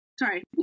Sorry